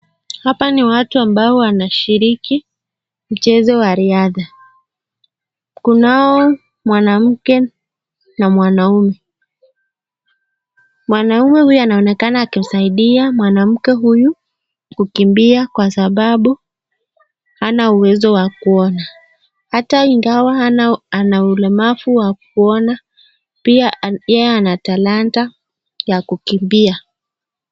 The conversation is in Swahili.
Hapa ni watu ambao wanashiriki mchezo wa riadha. Kunao mwanamke na mwanaume. Mwanaume huyu anaonekana akimsaidia mwanamke huyu kukimbia kwa sababu hana uwezo wa kuona. Hata ingawa ana ulemavu wa kuona, pia yeye ana talanta ya kukimbia.